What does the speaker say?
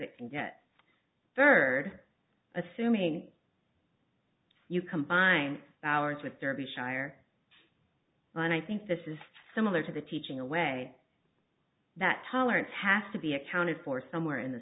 it can get third assuming you combine powers with derby shire and i think this is similar to the teaching a way that tolerance has to be accounted for somewhere in the